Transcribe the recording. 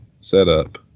setup